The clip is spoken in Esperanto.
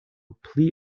pli